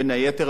בין היתר,